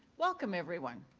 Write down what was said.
welcome, everyone.